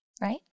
right